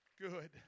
good